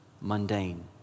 mundane